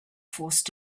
forced